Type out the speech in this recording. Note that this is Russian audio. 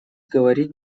говорить